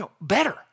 better